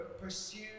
pursue